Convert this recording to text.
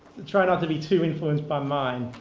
try not to be too influenced by mine.